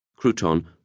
crouton